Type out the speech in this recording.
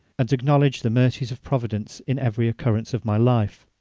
and acknowledge the mercies of providence in every occurrence of my life.